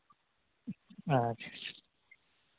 ᱟᱪᱪᱷᱟ ᱪᱪᱷᱟ